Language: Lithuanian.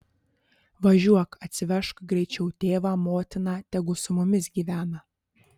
važiuok atsivežk greičiau tėvą motiną tegu su mumis gyvena